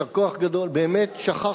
מגרשי הכדורגל, יישר כוח גדול, באמת שכחתי.